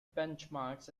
benchmarks